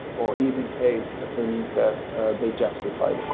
or even paid assuming that they justify